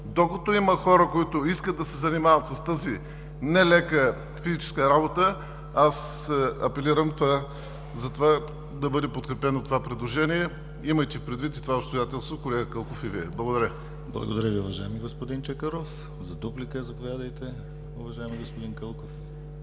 Докато има хора, които искат да се занимават с тази нелека физическа работа, аз апелирам да бъде подкрепено това предложение. Имайте предвид това обстоятелство, колега Кълков, и Вие. Благодаря. ПРЕДСЕДАТЕЛ ДИМИТЪР ГЛАВЧЕВ: Благодаря Ви, уважаеми господин Чакъров. За дуплика – заповядайте, уважаеми господин Кълков.